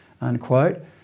unquote